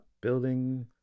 Building